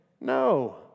No